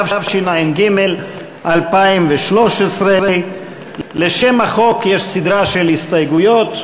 התשע"ג 2013. לשם החוק יש סדרה של הסתייגויות.